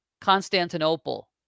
Constantinople